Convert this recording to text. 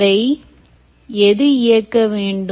அதை எது இயக்க வேண்டும்